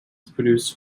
produce